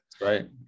Right